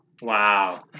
Wow